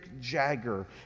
Jagger